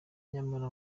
nyamara